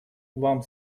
вам